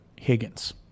Higgins